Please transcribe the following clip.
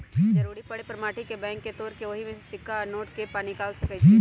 जरूरी परे पर माटी के बैंक के तोड़ कऽ ओहि में से सिक्का आ नोट के पनिकाल सकै छी